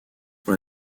pour